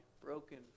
broken